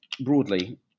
broadly